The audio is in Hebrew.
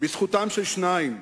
בזכותם של שניים,